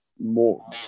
More